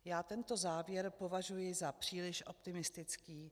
Já tento závěr považuji za příliš optimistický.